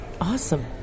Awesome